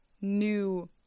new